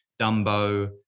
Dumbo